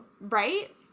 right